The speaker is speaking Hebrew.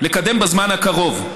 לקדם בזמן הקרוב.